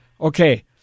Okay